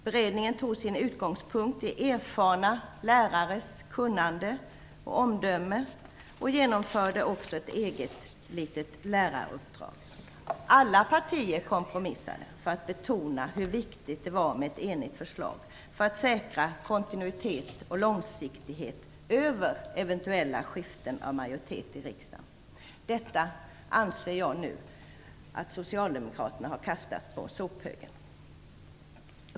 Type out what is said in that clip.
Beredningen tog sin utgångspunkt i erfarna lärares kunnande och omdöme och genomförde också ett eget litet läraruppdrag. Alla partier kompromissade för att betona hur viktigt det var med ett enigt förslag för att säkra kontinuitet och långsiktighet över eventuella skiften av majoritet i riksdagen. Detta anser jag att socialdemokraterna nu har kastat på sophögen.